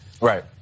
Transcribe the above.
Right